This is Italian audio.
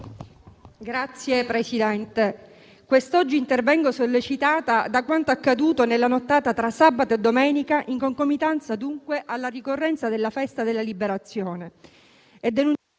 Signor Presidente, quest'oggi intervengo sollecitata da quanto accaduto nella nottata tra sabato e domenica, in concomitanza dunque alla ricorrenza della festa della Liberazione,